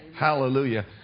Hallelujah